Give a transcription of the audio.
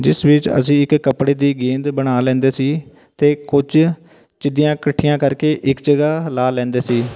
ਜਿਸ ਵਿੱਚ ਅਸੀਂ ਇੱਕ ਕੱਪੜੇ ਦੀ ਗੇਂਦ ਬਣਾ ਲੈਂਦੇ ਸੀ ਅਤੇ ਕੁਝ ਚਿਦੀਆਂ ਇਕੱਠੀਆਂ ਕਰਕੇ ਇੱਕ ਜਗ੍ਹਾ ਲਾ ਲੈਂਦੇ ਸੀ